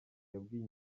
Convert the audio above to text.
yabwiye